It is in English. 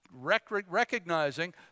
recognizing